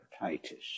hepatitis